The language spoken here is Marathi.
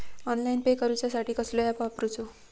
ऑनलाइन पे करूचा साठी कसलो ऍप वापरूचो?